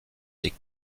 des